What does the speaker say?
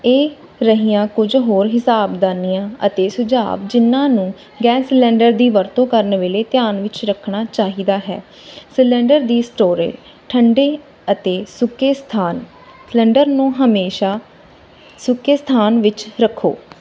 ਇਹ ਰਹੀਆਂ ਕੁਝ ਹੋਰ ਹਿਸਾਬਦਾਨੀਆਂ ਅਤੇ ਸੁਝਾਵ ਜਿਨਾਂ ਨੂੰ ਗੈਸ ਸਿਲੰਡਰ ਦੀ ਵਰਤੋਂ ਕਰਨ ਵੇਲੇ ਧਿਆਨ ਵਿੱਚ ਰੱਖਣਾ ਚਾਹੀਦਾ ਹੈ ਸਿਲੰਡਰ ਦੀ ਸਟੋਰੇਜ ਠੰਡੇ ਅਤੇ ਸੁੱਕੇ ਸਥਾਨ ਸਿਲੰਡਰ ਨੂੰ ਹਮੇਸ਼ਾ ਸੁੱਕੇ ਸਥਾਨ ਵਿੱਚ ਰੱਖੋ